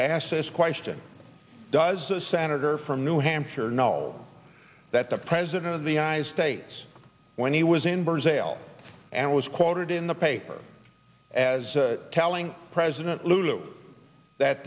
to ask this question does the senator from new hampshire know that the president of the united states when he was in burns ale and was quoted in the paper as telling president lou that